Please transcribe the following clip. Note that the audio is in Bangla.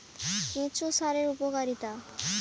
কেঁচো সারের উপকারিতা?